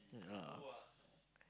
yeah